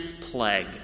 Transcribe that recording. plague